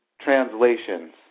translations